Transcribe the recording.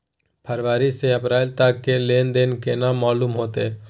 फरवरी से अप्रैल तक के लेन देन केना मालूम होते?